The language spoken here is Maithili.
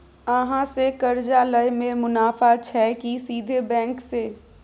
अहाँ से कर्जा लय में मुनाफा छै की सीधे बैंक से?